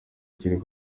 kiri